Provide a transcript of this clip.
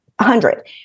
hundred